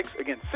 Again